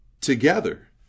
together